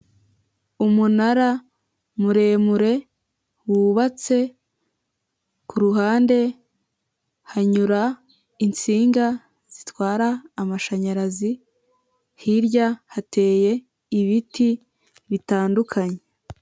Umunara muremure wubatse ku ruhande hanyura insinga zitwara amashanyarazi, hirya hateye ibiti bitandukanye.